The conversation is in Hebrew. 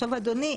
אדוני